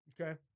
Okay